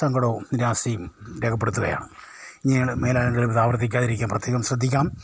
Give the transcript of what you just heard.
സങ്കടവും നിരാശയും രേഖപ്പെടുത്തുകയാണ് ഇനിയെങ്കിലും മേലാലെങ്കിലും ഇതാവർത്തിക്കാതിരിക്കാൻ പ്രത്യേകം ശ്രദ്ധിക്കണം